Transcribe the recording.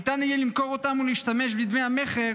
ניתן יהיה למכור אותם ולהשתמש בדמי המכר